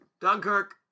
Dunkirk